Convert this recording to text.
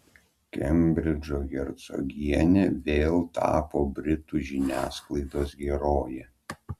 kembridžo hercogienė vėl tapo britų žiniasklaidos heroje